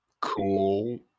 cool